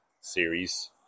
series